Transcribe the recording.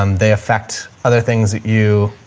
um they affect other things that you